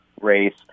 race